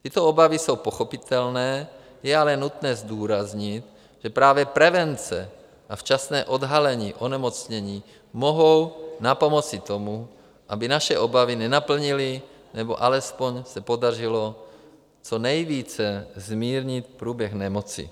Tyto obavy jsou pochopitelné, je ale nutné zdůraznit, že právě prevence a včasné odhalení onemocnění mohou napomoci tomu, aby se naše obavy nenaplnily, nebo se alespoň podařilo co nejvíce zmírnit průběh nemoci.